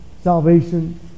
salvation